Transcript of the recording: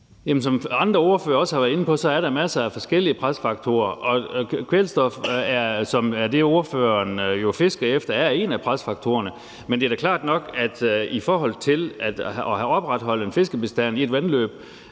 som andre ordførere også har været inde på, er der masser af forskellige presfaktorer, og kvælstof, som jo er det, ordføreren fisker efter, er én af presfaktorerne. Men det er da klart nok, at i forhold til at opretholde en fiskebestand i et vandløb